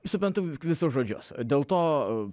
suprantu juk visus žodžius dėl to